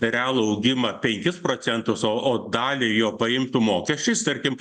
realų augimą penkis procentus o o dalį jo paimtų mokesčiais tarkim